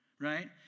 right